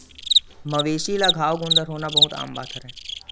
मवेशी ल घांव गोदर होना बहुते आम बात हरय